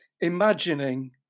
imagining